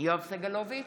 יואב סגלוביץ'